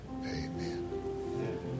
Amen